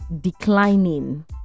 declining